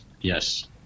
Yes